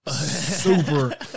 super